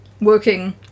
working